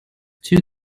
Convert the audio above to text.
two